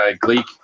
Gleek